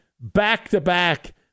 back-to-back